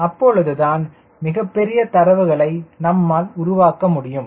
அப்பொழுதுதான் மிகப்பெரிய தரவுகளை நம்மால் உருவாக்க முடியும்